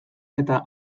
eta